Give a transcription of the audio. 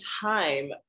time